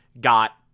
got